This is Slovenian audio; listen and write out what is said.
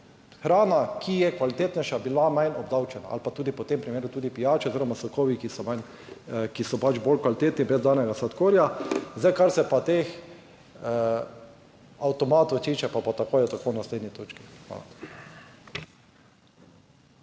hrana, ki je kvalitetnejša bila manj obdavčena ali pa tudi v tem primeru tudi pijače oziroma sokovi, ki so manj, ki so pač bolj kvalitetni, brez danega sladkorja. Zdaj, kar se pa teh avtomatov tiče pa bo tako ali tako v naslednji točki. Hvala.